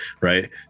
right